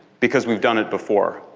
because we've done it before.